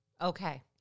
Okay